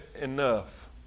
enough